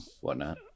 whatnot